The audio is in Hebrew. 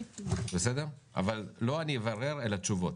אבל לא "אני אברר", אלא תשובות.